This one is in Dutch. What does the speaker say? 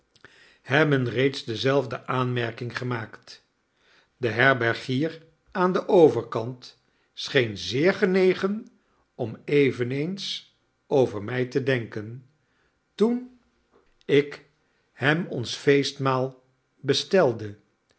hebben reeds dezelfde aanmerking gemaakt de herbergier aan den overkant scheen zeer genegen om eveneens over mij te denken toen ik hem ons feestmaal bestelde